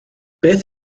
beth